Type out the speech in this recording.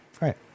Right